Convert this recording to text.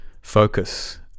focus